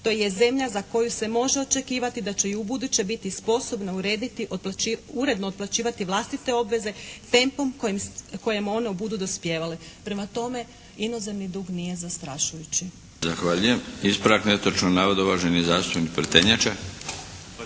to je zemlja za koju se može očekivati da će i ubuduće biti sposobna urediti uredno otplaćivati vlastite obveze tempom u kojem one budu dospijevale." Prema tome, inozemni dug nije zastrašujući.